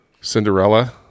Cinderella